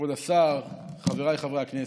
כבוד השר, חבריי חברי הכנסת,